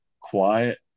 quiet